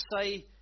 say